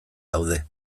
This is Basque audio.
daude